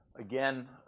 Again